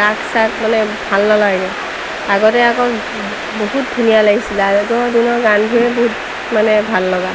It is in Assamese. ৰাগ চাগ মানে ভাল নালাগে আগতে আকৌ বহুত ধুনীয়া লাগিছিলে আগৰ দিনৰ গানবোৰে বহুত মানে ভাল লগা